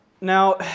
Now